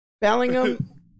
Bellingham